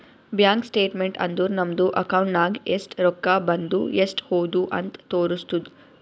bank statement ಅಂದುರ್ ನಮ್ದು account ನಾಗ್ ಎಸ್ಟ್ ರೊಕ್ಕಾ ಬಂದು ಎಸ್ಟ್ ಹೋದು ಅಂತ್ ತೋರುಸ್ತುದ್